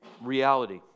reality